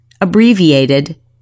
abbreviated